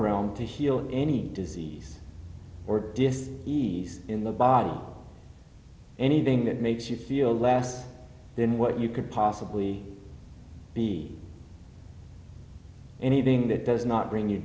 realm to heal any disease or if he's in the body anything that makes you feel less than what you could possibly be anything that does not